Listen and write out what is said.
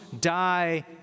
die